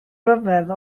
ryfedd